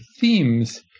themes